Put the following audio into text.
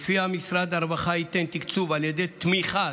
שלפיה משרד הרווחה ייתן תקצוב על ידי תמיכה,